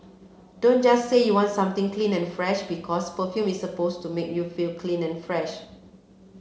don't just say you want something clean and fresh because perfume is supposed to make you feel clean and fresh